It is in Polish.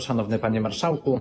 Szanowny Panie Marszałku!